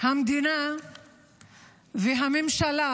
המדינה והממשלה,